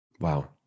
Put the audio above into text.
Wow